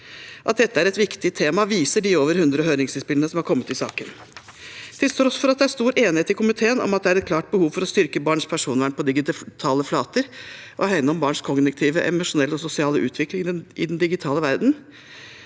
At dette er et viktig tema, viser de over 100 høringsinnspillene som har kommet i saken. Til tross for at det er stor enighet i komiteen om at det er et klart behov for å styrke barns personvern på digitale flater og hegne om barns kognitive, emosjonelle og sosiale utvikling i den digitale verden